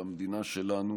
במדינה שלנו.